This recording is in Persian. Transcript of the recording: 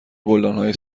گلدانهای